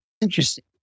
Interesting